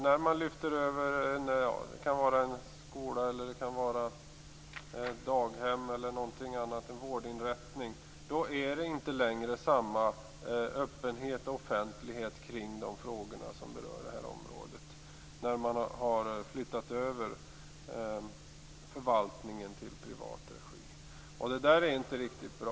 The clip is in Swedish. När man lyfter över en skola, ett daghem, en vårdinrättning eller någonting annat är det inte längre samma öppenhet och offentlighet kring de frågor som berör det området, dvs. när man har flyttat över förvaltningen till privat regi. Det där är inte riktigt bra.